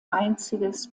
einziges